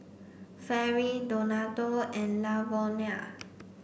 Fairy Donato and Lavonia